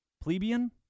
plebeian